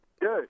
Good